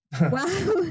Wow